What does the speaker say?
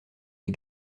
des